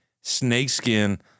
snakeskin